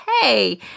hey